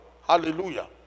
Hallelujah